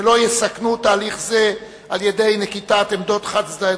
ומדינות האיחוד לא יסכנו תהליך זה בנקיטת עמדות חד-צדדיות